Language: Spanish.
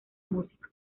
músico